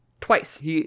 Twice